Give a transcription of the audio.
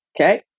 Okay